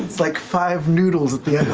like five noodles at the